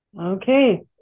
Okay